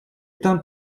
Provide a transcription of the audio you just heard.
там